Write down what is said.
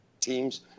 teams